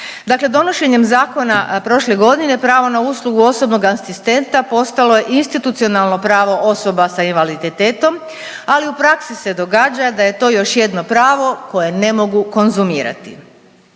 Dakle, donošenjem zakona prošle godine pravo na usluga osobnog asistenta postalo je institucionalno pravo osoba sa invaliditetom, ali u praksi se događa da je to još jedno pravo koje ne mogu konzumirati.